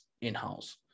in-house